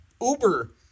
Uber